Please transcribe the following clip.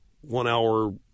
one-hour